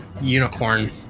unicorn